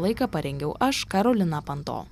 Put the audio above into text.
laiką parengiau aš karolina panto